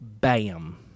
Bam